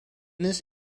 this